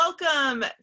welcome